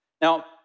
Now